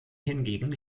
hingegen